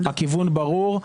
הכיוון ברור.